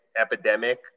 epidemic